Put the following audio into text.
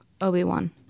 Obi-Wan